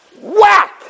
Whack